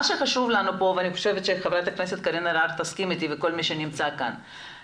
מה שחשוב לנו פה ואני חושבת שח"כ וכל מי שנמצא כאן יסכימו איתי.